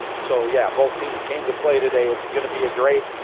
so yeah both teams came to play today. it's going to be a great,